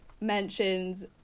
mentions